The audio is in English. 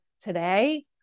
today